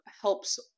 helps